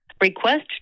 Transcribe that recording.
Request